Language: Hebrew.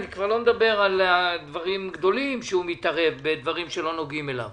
אני כבר לא מדבר על דברים גדולים שהוא מתערב בדברים שלא נוגעים אליו.